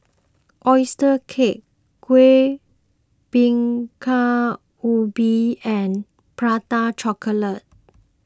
Oyster Cake Kueh Bingka Ubi and Prata Chocolate